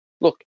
look